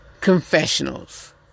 Confessionals